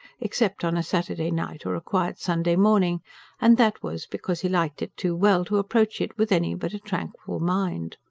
except on a saturday night or a quiet sunday morning and that was, because he liked it too well to approach it with any but a tranquil mind.